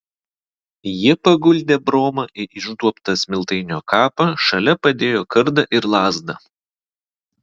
jie paguldė bromą į išduobtą smiltainio kapą šalia padėjo kardą ir lazdą